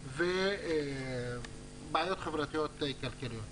ובעיות חברתיות-כלכליות.